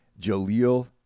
Jaleel